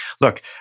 Look